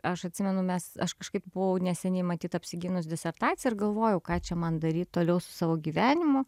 aš atsimenu mes aš kažkaip buvau neseniai matyt apsigynus disertaciją ir galvojau ką čia man daryt toliau su savo gyvenimu